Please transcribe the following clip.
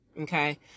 Okay